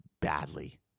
badly